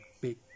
big